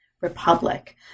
Republic